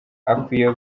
akwiye